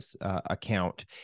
account